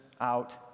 out